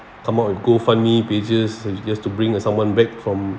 come out with go fund me pages just to bring uh someone back from